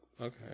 okay